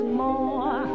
more